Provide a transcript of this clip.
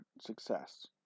success